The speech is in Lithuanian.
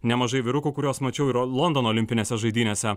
nemažai vyrukų kuriuos mačiau yra londono olimpinėse žaidynėse